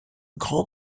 grand